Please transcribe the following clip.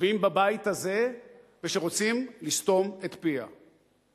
שיושבים בבית הזה ושרוצים לסתום את פיה.